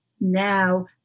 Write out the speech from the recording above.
now